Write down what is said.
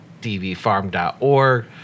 dvfarm.org